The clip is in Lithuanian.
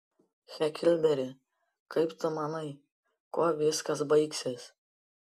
heklberi kaip tu manai kuo viskas baigsis